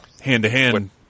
hand-to-hand